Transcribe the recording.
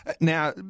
Now